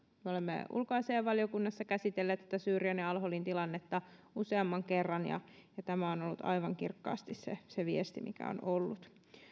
me olemme ulkoasiainvaliokunnassa käsitelleet tätä syyrian ja al holin tilannetta useamman kerran ja ja tämä on on ollut aivan kirkkaasti se se viesti mikä on ollut